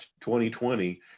2020